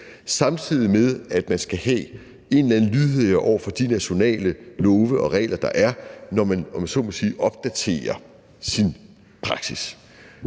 samtidig med at man skal have en eller anden lydhørhed over for de nationale love og regler, der er, når man, om jeg så må sige